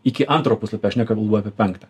iki antro puslapio aš nekalbu apie penktą